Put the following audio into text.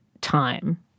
time